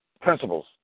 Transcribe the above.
principles